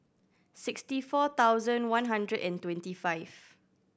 sixty four thousand one hundred and twenty five